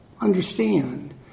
understand